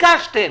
ביקשתם